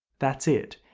that's it!